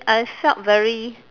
I felt very